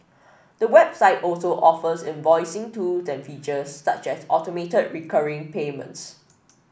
the website also offers invoicing tools and features such as automated recurring payments